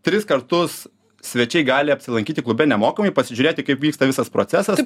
tris kartus svečiai gali apsilankyti klube nemokamai pasižiūrėti kaip vyksta visas procesas